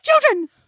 children